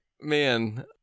Man